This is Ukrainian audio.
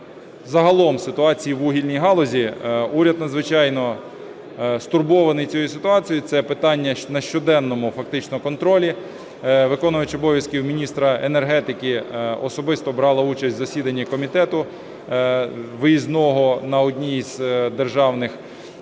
загалом ситуації у вугільній галузі. Уряд надзвичайно стурбований цією ситуацією, це питання на щоденному фактично контролі. Виконувач обов'язків міністра енергетики особисто брала участь в засіданні комітету виїзного на одній з державних